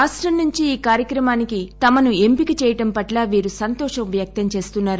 రాష్టం నుంచి ఈ కార్యక్రమానికి తమను ఎంపిక చేయడం పట్ట వీరు సంతోషం వృక్తం చేస్తున్నారు